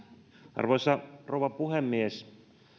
arvoisa rouva puhemies